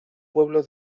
pueblo